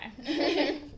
Okay